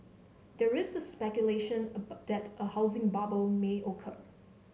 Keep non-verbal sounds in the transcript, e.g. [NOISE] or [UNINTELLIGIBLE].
there is speculation [UNINTELLIGIBLE] that a housing bubble may occur